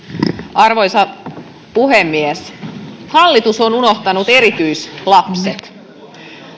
arvoisa puhemies hallitus on unohtanut erityislapset